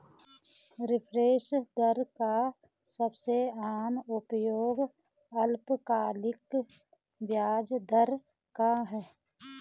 reference दर का सबसे आम उपयोग अल्पकालिक ब्याज दर का है